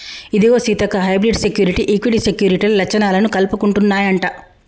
ఇదిగో Seethakka hybrid security, equity సెక్యూరిటీల లచ్చణాలను కలుపుకుంటన్నాయంట